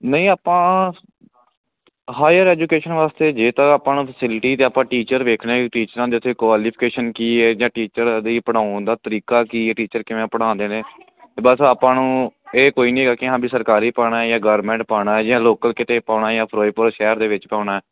ਨਹੀਂ ਆਪਾਂ higher education ਵਾਸਤੇ ਜੇ ਤਾਂ ਆਪਾਂ ਨੂੰ ਫਸਿਲਿਟੀ ਤਾਂ ਆਪਾਂ ਟੀਚਰ ਵੇਖਣੇ ਆ ਟੀਚਰਾਂ ਦੀ ਉੱਥੇ ਕੁਆਲੀਫਿਕੇਸ਼ਨ ਕੀ ਹੈ ਜਾਂ ਟੀਚਰ ਦੀ ਪੜ੍ਹਾਉਣ ਦਾ ਤਰੀਕਾ ਕੀ ਹੈ ਟੀਚਰ ਕਿਵੇਂ ਪੜ੍ਹਾਉਂਦੇ ਨੇ ਅਤੇ ਬਸ ਆਪਾਂ ਨੂੰ ਇਹ ਕੋਈ ਨਹੀਂ ਕਿ ਹਾਂ ਵੀ ਸਰਕਾਰੀ ਪਾਉਣਾ ਜਾਂ ਗੋਰਮੈਂਟ ਪਾਉਣਾ ਜਾਂ ਲੋਕਲ ਕਿਤੇ ਪਾਉਣਾ ਜਾਂ ਫਿਰੋਜ਼ਪੁਰ ਸ਼ਹਿਰ ਦੇ ਵਿੱਚ ਪਾਉਣਾ